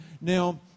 Now